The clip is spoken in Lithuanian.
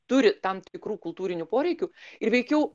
turi tam tikrų kultūrinių poreikių ir veikiau